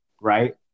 right